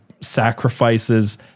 sacrifices